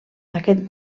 aquest